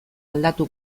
aldatu